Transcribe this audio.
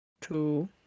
Two